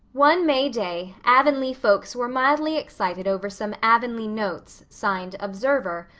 one may day avonlea folks were mildly excited over some avonlea notes, signed observer,